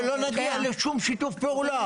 שלא נגיע לשום שיתוף פעולה.